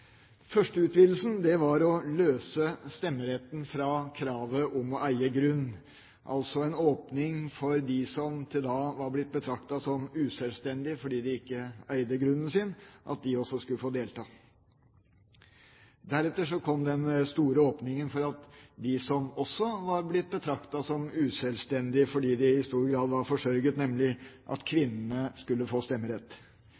første utvidelsen var å løse stemmeretten fra kravet om å eie grunn, altså en åpning for dem som til da var blitt betraktet som uselvstendige fordi de ikke eide grunnen sin – at de også skulle få delta. Deretter kom den store åpningen for at de som også var blitt betraktet som uselvstendige, fordi de i stor grad var forsørget, nemlig